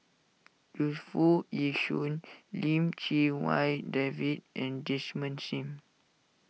Yu Foo Yee Shoon Lim Chee Wai David and Desmond Sim